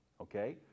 okay